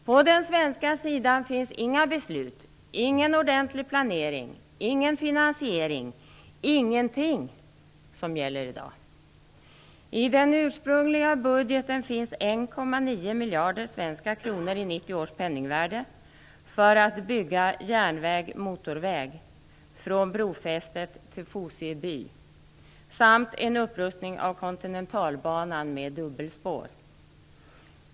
På den svenska sidan finns inga beslut, ingen ordentlig planering, ingen finansiering, ingenting som gäller i dag. I den ursprungliga budgeten finns 1,9 miljarder svenska kronor i 1990 års penningvärde för att bygga järnväg-motorväg från brofästet till Fosieby samt en upprustning av Kontinentalbanan med dubbelspår.